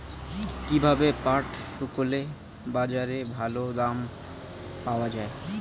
কীভাবে পাট শুকোলে বাজারে ভালো দাম পাওয়া য়ায়?